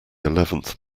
eleventh